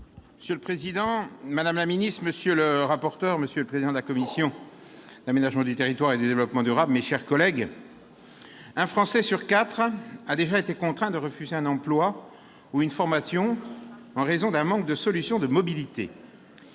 Monsieur le président, madame la ministre, monsieur le rapporteur, monsieur le président de la commission de l'aménagement du territoire et du développement durable, mes chers collègues, un Français sur quatre a déjà été contraint de refuser un emploi ou une formation en raison d'un manque de solutions de mobilité.